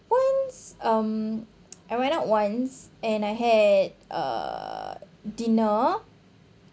once um I went once and I had uh dinner